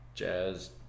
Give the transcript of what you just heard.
jazz